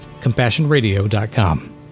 CompassionRadio.com